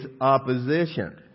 opposition